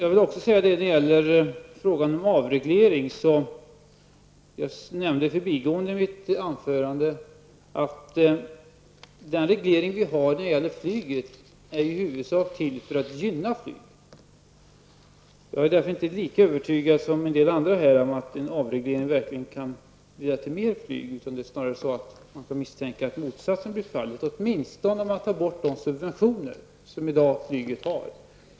När det gäller frågan om avreglering nämnde jag i förbigående i mitt anförande att den reglering vi har när det gäller flyget ju i huvudsak är till för att gynna flyget. Jag är därför inte lika övertygad som en del andra om att en avreglering verkligen skulle leda till mer flyg. Det är snarare så att man kan misstänka att motsatsen blir fallet; åtminstone om man tar bort de subventioner som flyget har i dag.